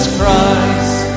Christ